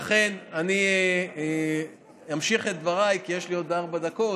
ולכן, אני אמשיך את דבריי כי יש לי עוד ארבע דקות.